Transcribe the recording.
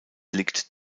liegt